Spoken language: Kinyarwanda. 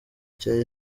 cya